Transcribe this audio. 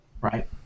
right